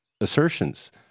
assertions